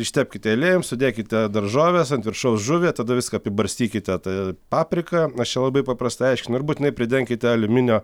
ištepkite aliejum sudėkite daržoves ant viršaus žuvį tada viską apibarstykite ta paprika aš čia labai paprastai aiškinu ir būtinai pridenkite aliuminio